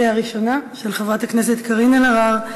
של חברות הכנסת קארין אלהרר,